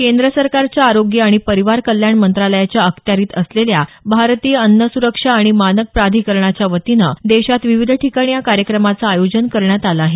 केंद्र सरकारच्या आरोग्य आणि परिवार कल्याण मंत्रालयाच्या अखत्यारित असलेल्या भारतीय अन्न सुरक्षा आणि मानक प्राधिकरणाच्या वतीनं देशात विविध ठिकाणी या कार्यक्रमाचं आयोजन करण्यात आलं आहे